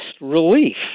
relief